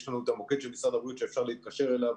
יש לנו את המוקד של משרד הבריאות שאפשר להתקשר אליו